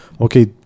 okay